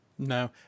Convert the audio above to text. No